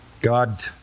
God